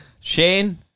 Shane